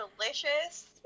delicious